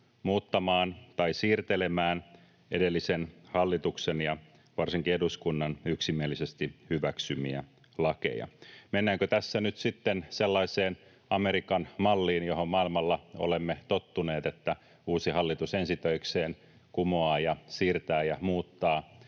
muuttamaan tai siirtelemään edellisen hallituksen ja varsinkin eduskunnan yksimielisesti hyväksymiä lakeja. Mennäänkö tässä nyt sitten sellaiseen Amerikan malliin, johon maailmalla olemme tottuneet, että uusi hallitus ensi töikseen kumoaa ja siirtää ja muuttaa